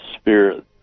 Spirit